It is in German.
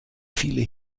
viele